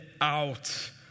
out